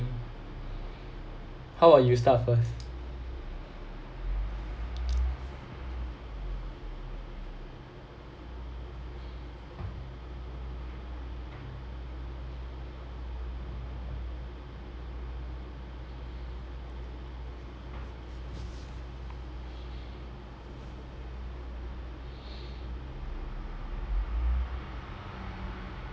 how about you start first